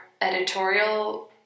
editorial